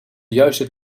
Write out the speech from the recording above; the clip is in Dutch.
juiste